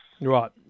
Right